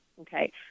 okay